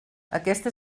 aquesta